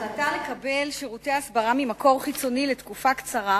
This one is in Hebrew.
ההחלטה לקבל שירותי הסברה ממקור חיצוני לתקופה קצרה,